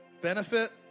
benefit